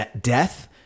Death